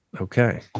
Okay